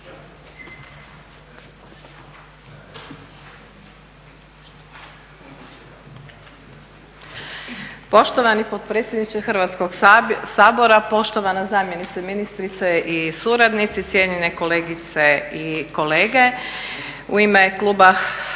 Poštovani potpredsjedniče Hrvatskog sabora, poštovana zamjenice i suradnici, cijenjene kolegice i kolege. U ime kluba HDZ-a